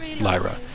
Lyra